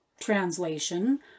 translation